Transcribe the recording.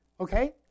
Okay